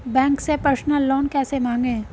Bank से personal loan कैसे मांगें?